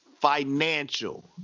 Financial